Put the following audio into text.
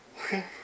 Okay